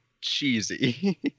cheesy